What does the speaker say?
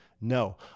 No